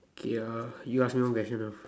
k uh you ask me one question now